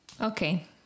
Okay